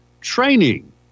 training